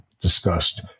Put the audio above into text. discussed